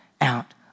out